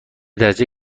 درجه